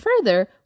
further